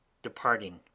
departing